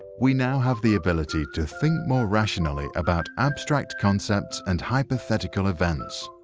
we now have the ability to think more rationally about abstract concepts and hypothetical events.